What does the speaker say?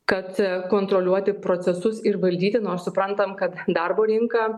kad kontroliuoti procesus ir valdyti nors suprantam kad darbo rinka